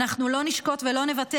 "אנחנו לא נשקוט, לא נוותר.